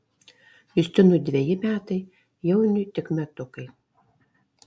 justinui dveji metai jauniui tik metukai